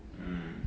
mm